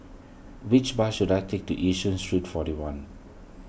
which bus should I take to Yishun Street forty one